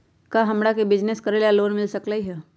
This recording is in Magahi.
का हमरा के बिजनेस करेला लोन मिल सकलई ह?